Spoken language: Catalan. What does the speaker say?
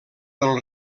del